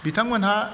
बिथांमोनहा